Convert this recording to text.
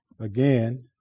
again